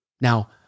Now